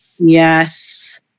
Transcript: yes